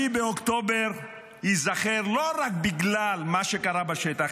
7 באוקטובר ייזכר לא רק בגלל מה שקרה בשטח,